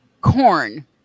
Corn